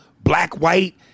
black-white